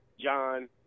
John